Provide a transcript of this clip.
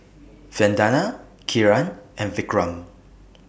Vandana Kiran and Vikram